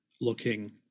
looking